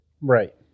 Right